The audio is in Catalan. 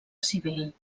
civil